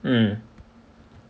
mm